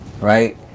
right